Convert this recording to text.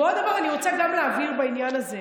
עוד דבר אני רוצה גם להבהיר בעניין הזה: